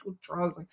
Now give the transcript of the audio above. drugs